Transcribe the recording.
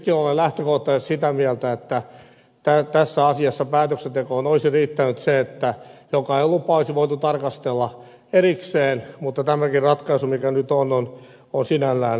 itsekin olen lähtökohtaisesti sitä mieltä että tässä asiassa päätöksentekoon olisi riittänyt se että jokaista lupaa olisi voitu tarkastella erikseen mutta tämäkin ratkaisu mikä nyt on on sinällään tyydyttävä